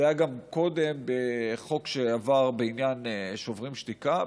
זה היה גם קודם בחוק שעבר בעניין שוברים שתיקה.